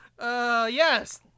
yes